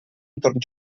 entorn